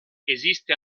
esiste